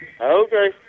Okay